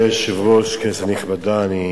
אדוני היושב-ראש, כנסת נכבדה, אני